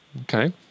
Okay